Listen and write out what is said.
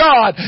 God